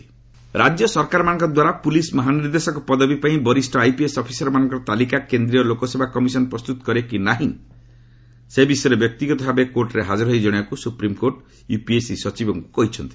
SC police ରାଜ୍ୟ ସରକାରମାନଙ୍କ ଦ୍ୱାରା ପୁଲିସ୍ ମହାନିର୍ଦ୍ଦେଶକ ପଦବୀ ପାଇଁ ବରିଷ୍ଠ ଆଇପିଏସ୍ ଅଫିସରମାନଙ୍କର ତାଲିକା କେନ୍ଦ୍ରୀୟ ଲୋକ ସେବା କମିଶନ୍ ପ୍ରସ୍ତୁତ କରେ କି ନାହିଁ ସେ ବିଷୟରେ ବ୍ୟକ୍ତିଗତ ଭାବେ କୋର୍ଟରେ ହାଜର ହୋଇ ଜଣାଇବାକୁ ସୁପ୍ରିମ୍କୋର୍ଟ ୟୁପିଏସ୍ସି ସଚିବଙ୍କୁଙ୍କୁ କହିଛନ୍ତି